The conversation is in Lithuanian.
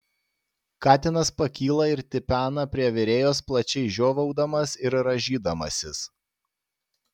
katinas pakyla ir tipena prie virėjos plačiai žiovaudamas ir rąžydamasis